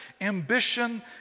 ambition